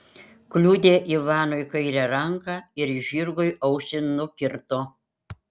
kliudė ivanui kairę ranką ir žirgui ausį nukirto